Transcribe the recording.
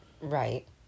Right